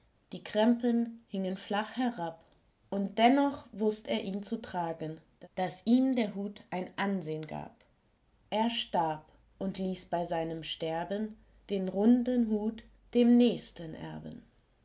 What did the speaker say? die krempen hingen flach herab und dennoch wußt er ihn zu tragen daß ihm der hut ein ansehn gab er starb und ließ bei seinem sterben den runden hut dem nächsten erben